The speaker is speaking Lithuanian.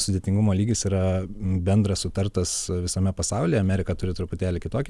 sudėtingumo lygis yra bendras sutartas visame pasaulyje amerika turi truputėlį kitokį